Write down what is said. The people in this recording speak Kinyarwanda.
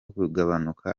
kugabanuka